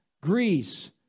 Greece